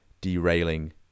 derailing